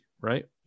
right